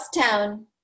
town